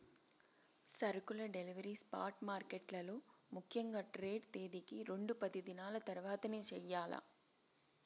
సరుకుల delivery spot మార్కెట్లలో ముఖ్యంగా ట్రేడ్ తేదీకి రెండు పనిదినాల తర్వాతనే చెయ్యాల్ల